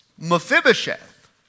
Mephibosheth